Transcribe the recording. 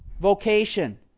vocation